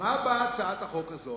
מה באה הצעת החוק הזאת,